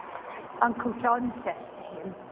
uncle john says to him,